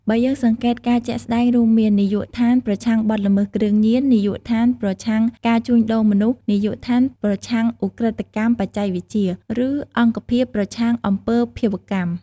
បើយើងសង្កេតការជាក់ស្តែងរួមមាន នាយកដ្ឋានប្រឆាំងបទល្មើសគ្រឿងញៀន នាយកដ្ឋានប្រឆាំងការជួញដូរមនុស្ស នាយកដ្ឋានប្រឆាំងឧក្រិដ្ឋកម្មបច្ចេកវិទ្យា ឬអង្គភាពប្រឆាំងអំពើភេរវកម្ម។